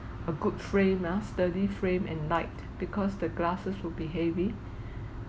a good frame ah sturdy frame and light because the glasses would be heavy